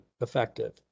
effective